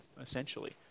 essentially